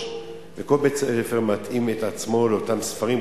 וכל בית-ספר מתאים את עצמו לאותם ספרים,